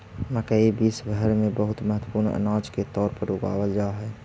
मकई विश्व भर में बहुत महत्वपूर्ण अनाज के तौर पर उगावल जा हई